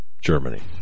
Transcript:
Germany